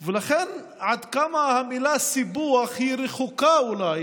ולכן, עד כמה המילה סיפוח רחוקה אולי